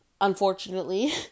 unfortunately